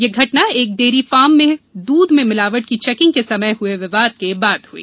यह घटना एक डेयरी फॉर्म में दूध में मिलावट को चैकिंग के समय हुए विवाद के बाद हुई